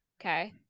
Okay